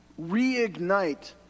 reignite